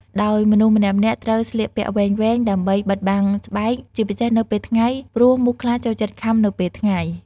ដោយមនុស្សម្នាក់ៗត្រូវស្លៀកពាក់វែងៗ ដើម្បីបិទបាំងស្បែក ជាពិសេសនៅពេលថ្ងៃ ព្រោះមូសខ្លាចូលចិត្តខាំនៅពេលថ្ងៃ។